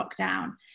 lockdown